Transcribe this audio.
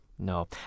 No